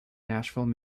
nashville